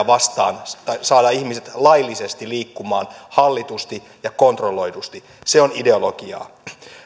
vastaan että saadaan ihmiset liikkumaan laillisesti hallitusti ja kontrolloidusti se on ideologiaa